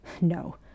No